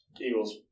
Eagles